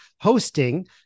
hosting